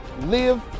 live